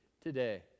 today